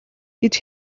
гэж